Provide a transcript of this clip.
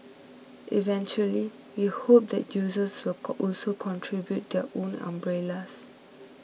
eventually we hope that users will also contribute their own umbrellas